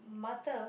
mother